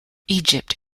egypt